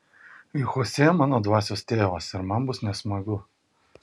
juk chosė mano dvasios tėvas ir man bus nesmagu